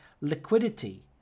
liquidity